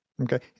Okay